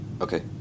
Okay